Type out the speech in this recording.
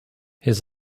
his